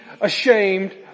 ashamed